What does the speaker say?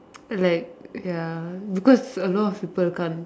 like ya because a lot of people can't